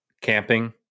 camping